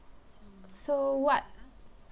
so what